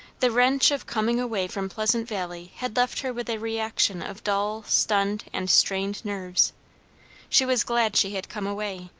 the wrench of coming away from pleasant valley had left her with a reaction of dull, stunned, and strained nerves she was glad she had come away,